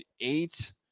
eight